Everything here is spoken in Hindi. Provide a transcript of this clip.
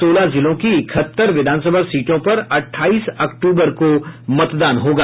सोलह जिलों की इकहत्तर विधानसभा सीटों पर अट्ठाईस अक्तूबर को मतदान होगा